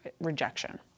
rejection